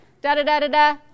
da-da-da-da-da